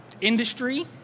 industry